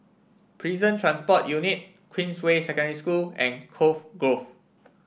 Prison Transport Unit Queensway Secondary School and Cove Grove